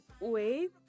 Wait